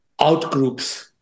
outgroups